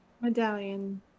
Medallion